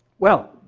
well,